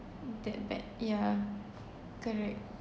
that bad yeah correct